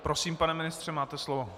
Prosím, pane ministře, máte slovo.